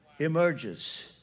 emerges